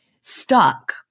stuck